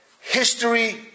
history